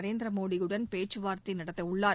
நரேந்திர மோடியுடன் பேச்சுவார்த்தை நடத்தவுள்ளார்